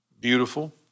beautiful